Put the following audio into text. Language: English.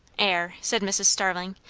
air! said mrs. starling.